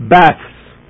baths